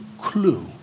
clue